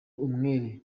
umwere